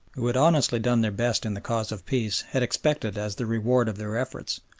who had honestly done their best in the cause of peace, had expected as the reward of their efforts,